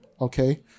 okay